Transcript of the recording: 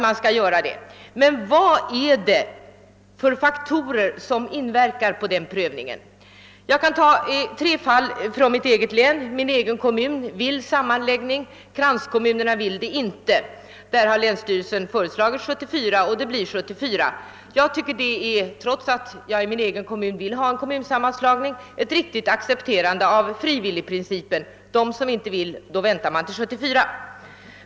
Men vilka faktorer är det som inverkar på den prövningen? Jag kan ta tre fall från mitt eget län. Min egen kommun vill ha en sammanläggning, kranskommunerna vill inte ha den. Där har länsstyrelsen föreslagit 1974 för sammanläggningen. Trots att jag själv vill ha en sammanläggning tycker jag det är riktigt att frivilligprincipen accepteras: eftersom några kommuner inte vill ha en sammanläggning väntar man med den till 1974.